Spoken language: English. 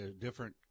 Different